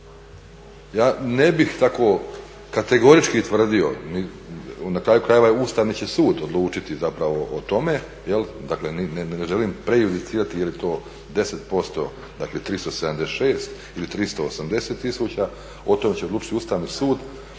Ja ne bih tako kategorički tvrdio, na kraju krajeva Ustavni će sud odlučiti zapravo o tome, dakle ne želim prejudicirati je li to 10%, dakle 376 ili 380 tisuća, o tome će odlučiti Ustavni sud.